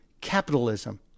capitalism